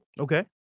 Okay